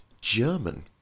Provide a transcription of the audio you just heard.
German